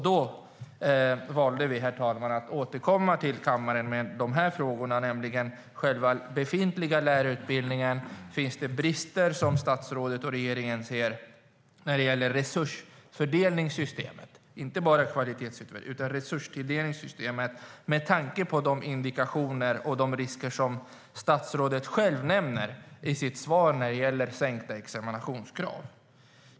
Då valde vi att återkomma till kammaren med frågan om det i den befintliga lärarutbildningen enligt statsrådet och regeringen finns några brister i resursfördelningssystemet, inte bara i kvalitetskontrollen - detta med tanke på de indikationer och brister som statsrådet själv nämner i svaret när det gäller sänkta examinationskrav.